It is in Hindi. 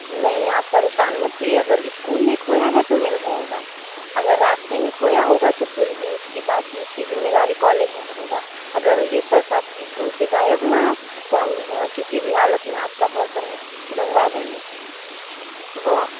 नहीं आप परेशान मत होइए अगर स्कुल में खोया है तो मिल जाएगा अगर रास्ते में खोया होगा तो फिर उसकी बात उसकी जिम्मेदारी कॉलेज नहीं लेगा अगर ये पर्स आपकी स्कुल से गायब हुआ है तो हम किसी भी हालत में आपका पर्स हम ढूंढवा देंगे वोह